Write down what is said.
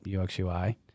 UX/UI